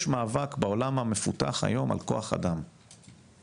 יש מאבק בעולם המפותח היום על כוח אדם איכותי,